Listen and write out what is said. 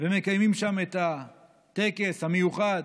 ומקיימים שם את הטקס המיוחד